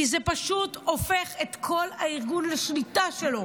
כי זה הופך את כל הארגון כך שיהיה בשליטה שלו.